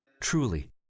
Truly